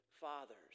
fathers